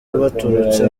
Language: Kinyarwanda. baturutse